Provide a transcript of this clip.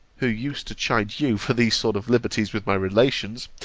who used to chide you for these sort of liberties with my relations,